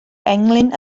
englyn